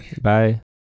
Bye